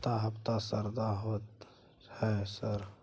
हफ्ता हफ्ता शरदा होतय है सर?